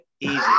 Easy